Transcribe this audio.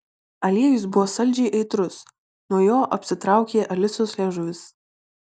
aliejus buvo saldžiai aitrus nuo jo apsitraukė alisos liežuvis